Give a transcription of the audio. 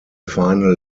final